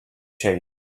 change